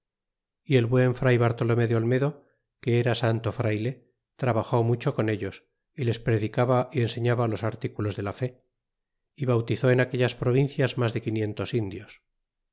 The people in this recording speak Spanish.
y el buen fray bartolome de olmedo que era santo fray trábajó mucho con ellos y les predicaba y enseñaba los artículos de la fé y bautizó en aquellas provincias mas de quinientos indios